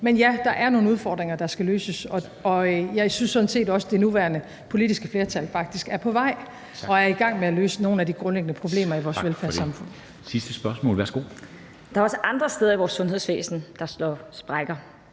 Men ja, der er nogle udfordringer, der skal løses, og jeg synes sådan set også, det nuværende politiske flertal faktisk er på vej og er i gang med at løse nogle af de grundlæggende problemer i vores velfærdssamfund.